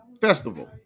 Festival